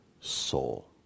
soul